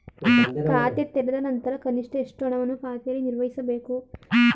ಖಾತೆ ತೆರೆದ ನಂತರ ಕನಿಷ್ಠ ಎಷ್ಟು ಹಣವನ್ನು ಖಾತೆಯಲ್ಲಿ ನಿರ್ವಹಿಸಬೇಕು?